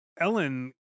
Ellen